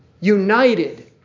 United